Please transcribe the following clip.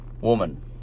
woman